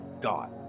God